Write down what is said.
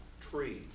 tree